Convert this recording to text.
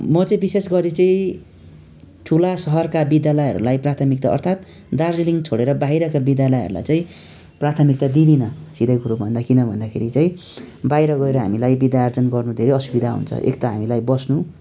म चाहिँ विशेष गरी चाहिँ ठुला सहरका विद्यालयहरूलाई प्राथमिकता अर्थात् दार्जिलिङ छोडेर बाहिरका विद्यालयहरूलाई चाहिँ प्राथमिकता दिदिनँ सिधै कुरो भन्दा किन भन्दाखेरि चाहिँ बाहिर गएर हामीलाई विद्या आर्जन गर्नु धेरै सुविधा हुन्छ एक त हामीलाई बस्नु